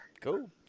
cool